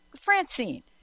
Francine